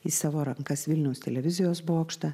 į savo rankas vilniaus televizijos bokštą